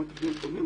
גם בתפקידים קודמים.